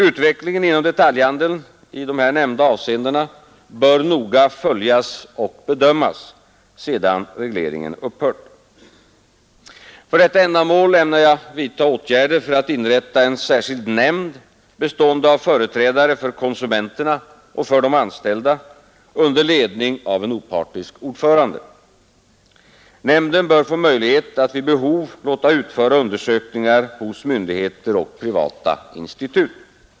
Utvecklingen inom detaljhandeln i nämnda avseenden bör noga följas och bedömas sedan regleringen upphört. För detta ändamål ämnar jag vidta åtgärder för att inrätta en särskild nämnd, bestående av företrädare för konsumenterna och för de anställda under ledning av en opartisk ordförande. Nämnden bör få möjlighet att vid behov låta utföra undersökningar hos myndigheter och privata institut.